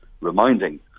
reminding